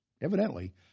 Evidently